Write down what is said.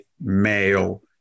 male